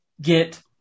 get